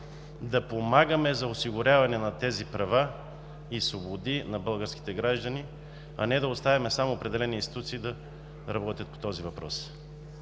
да помагаме за осигуряване на тези права и свободи на българските граждани, а не да оставим само определени институции да работят по този въпрос.